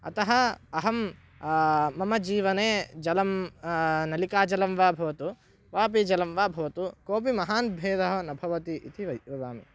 अतः अहं मम जीवने जलं नलिकाजलं वा भवतु वापि जलं वा भवतु कोपि महान् भेदः न भवति इति वै वदामि